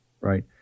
right